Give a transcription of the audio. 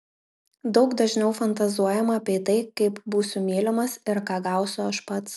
daug dažniau fantazuojama apie tai kaip būsiu mylimas ir ką gausiu aš pats